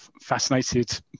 fascinated